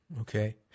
Okay